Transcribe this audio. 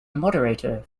moderator